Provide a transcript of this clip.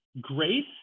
grace